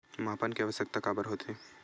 मापन के आवश्कता काबर होथे?